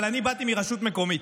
אבל אני באתי מרשות מקומית.